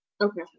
Okay